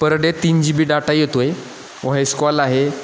पर day तीन G B data येतो आहे व्हॉईसस्कॉल आहे